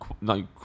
no